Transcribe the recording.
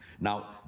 Now